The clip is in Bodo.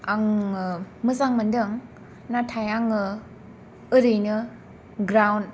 आङो मोजां मोनदों नाथाय आङो ओरैनो ग्रा